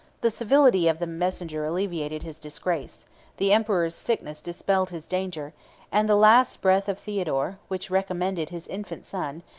the civility of the messenger alleviated his disgrace the emperor's sickness dispelled his danger and the last breath of theodore, which recommended his infant son,